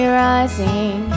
rising